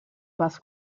bus